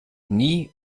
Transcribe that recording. nie